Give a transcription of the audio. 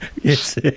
Yes